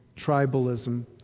tribalism